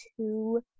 two